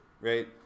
right